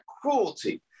cruelty